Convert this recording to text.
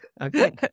okay